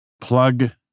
plug